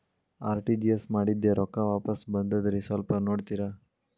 RTGS ಮಾಡಿದ್ದೆ ರೊಕ್ಕ ವಾಪಸ್ ಬಂದದ್ರಿ ಸ್ವಲ್ಪ ನೋಡ್ತೇರ?